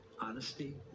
Honesty